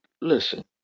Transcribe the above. Listen